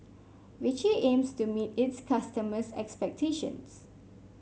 Vichy aims to meet its customers' expectations